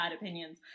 opinions